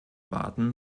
warten